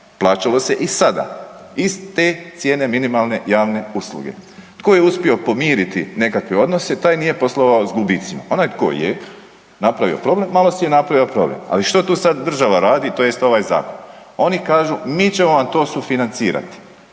plaćalo se i sada iz te cijene minimalne javne usluge. Tko je uspio pomiriti nekakve odnose taj nije poslovao s gubicima. Onaj tko je napravio problem malo si je napravio problem, ali što tu sad država radi tj. ovaj zakon. Oni kažu mi ćemo vam to sufinancirati